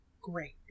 great